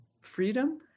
freedom